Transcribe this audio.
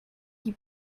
die